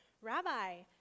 Rabbi